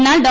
എന്നാൽ ഡോ